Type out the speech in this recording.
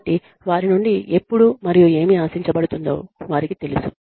కాబట్టి వారి నుండి ఎప్పుడు మరియు ఏమి ఆశించబడుతుందో వారికి తెలుసు